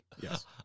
Yes